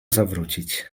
zawrócić